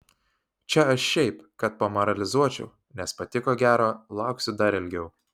čia aš šiaip kad pamoralizuočiau nes pati ko gero lauksiu dar ilgiau